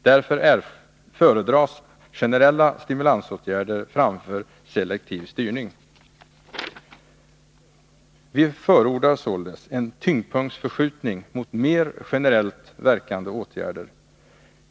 Därför föredras generella stimulansåtgärder framför selektiv styrning. Vi förordar således en tyngdpunktsförskjutning mot mer generellt verkande åtgärder.